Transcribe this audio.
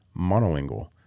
monolingual